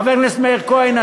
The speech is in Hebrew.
חבר הכנסת מאיר כהן,